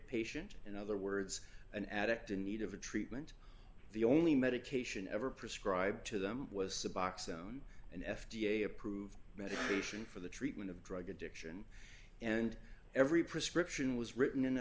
patient in other words an addict in need of a treatment the only medication ever prescribed to them was suboxone on an f d a approved medication for the treatment of drug addiction and every prescription was written in a